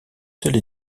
seule